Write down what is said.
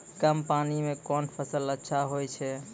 कम पानी म कोन फसल अच्छाहोय छै?